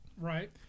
Right